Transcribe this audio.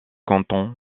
canton